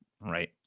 right